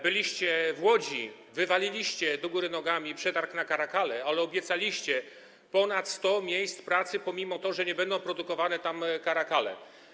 Byliście w Łodzi i wywaliliście do góry nogami przetarg na caracale, ale obiecaliście ponad 100 miejsc pracy, pomimo tego, że nie będą tam produkowane caracale.